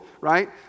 right